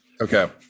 Okay